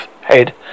head